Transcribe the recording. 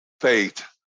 faith